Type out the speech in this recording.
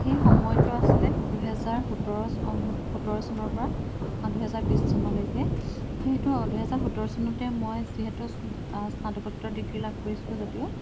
সেই সময়টো আছিলে দুহেজাৰ সোতৰ সোতৰ চনৰ পৰা দুহেজাৰ বিছ চনলৈকে সেইটো দুহেজাৰ সোতৰ চনতেই মই যিহেতু স্নাতকোত্তৰ ডিগ্ৰী লাভ কৰিছিলো যদিও